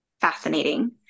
fascinating